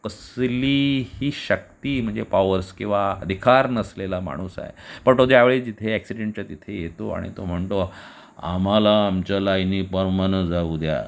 कसली ही शक्ती म्हणजे पॉवर्स किंवा अधिकार नसलेला माणूस आहे पण तो ज्यावेळी जिथे ॲक्सीडेंटच्या तिथे येतो आणि तो म्हणतो आम्हाला आमच्या लाईनीप्रमाणे जाऊद्या